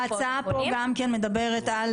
ההצעה כאן מדברת גם על